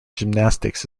gymnastics